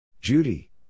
Judy